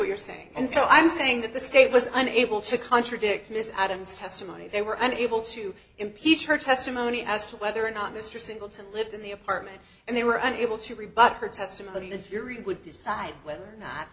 what you're saying and so i'm saying that the state was unable to contradict miss adams testimony they were unable to impeach her testimony as to whether or not mr singleton lived in the apartment and they were unable to rebut her testimony the theory would decide whether or not